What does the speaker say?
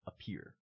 appear